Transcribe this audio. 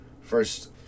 first